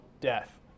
death